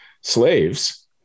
slaves